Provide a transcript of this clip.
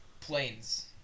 Planes